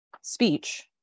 speech